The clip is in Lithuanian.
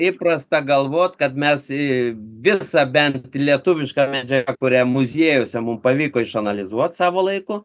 įprasta galvot kad mes į visa bent lietuviška medžiaga kurią muziejuose mums pavyko išanalizuot savo laiku